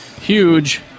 huge